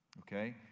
Okay